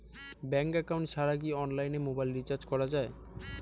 Bank account ছাড়া কি অনলাইনে মোবাইল রিচার্জ করা যায়?